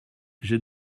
j’ai